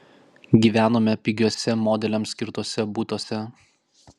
gyvenome pigiuose modeliams skirtuose butuose